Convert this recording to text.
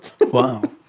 Wow